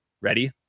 ready